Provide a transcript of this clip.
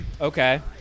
Okay